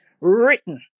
written